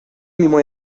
mimo